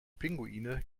pinguine